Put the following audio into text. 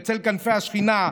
בצל כנפי השכינה,